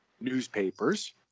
newspapers